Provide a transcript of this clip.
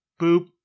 boop